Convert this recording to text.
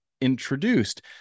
introduced